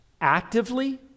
actively